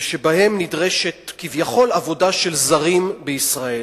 ובהם נדרשת כביכול עבודה של זרים בישראל,